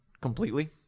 completely